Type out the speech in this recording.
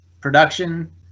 production